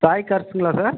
சாய் கார்ஸுங்களா சார்